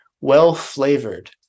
well-flavored